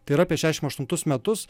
tai yra apie šešiasdešimt aštuntus metus